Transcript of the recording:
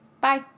Bye